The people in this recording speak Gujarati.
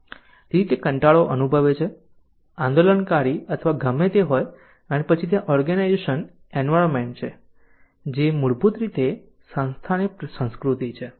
તેથી તે કંટાળો અનુભવે છે આંદોલનકારી અથવા ગમે તે હોય અને પછી ત્યાં ઓર્ગેનાઈઝેશન એન્વાયરમેન્ટ છે જે મૂળભૂત રીતે સંસ્થાની સંસ્કૃતિ છે